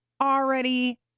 already